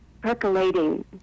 percolating